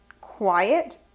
quiet